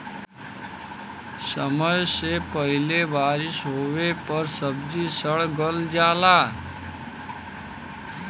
समय से पहिले बारिस होवे पर सब्जी सड़ गल जाला